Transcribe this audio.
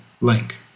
link